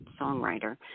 songwriter